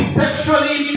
sexually